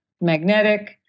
magnetic